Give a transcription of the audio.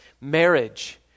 marriage